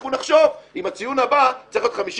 אנחנו נחשוב אם הציון הבא צריך להיות 50,